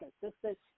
consistent